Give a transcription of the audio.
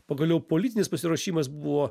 pagaliau politinis pasiruošimas buvo